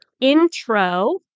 intro